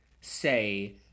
say